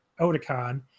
Oticon